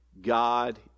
God